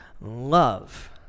love